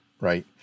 right